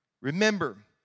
Remember